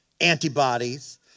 antibodies